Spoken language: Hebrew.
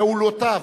פעולותיו,